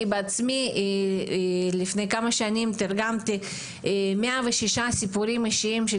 אני בעצמי לפני כמה שנים תרגמתי 106 סיפורים אישיים של